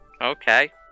Okay